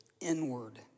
inward